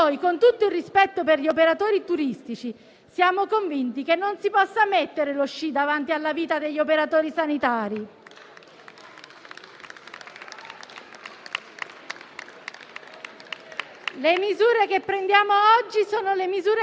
Le misure che prendiamo oggi sono quelle che servono. Non raccontiamo a imprenditori e lavoratori in sofferenza che si potrebbe fare diversamente. È una speculazione indegna.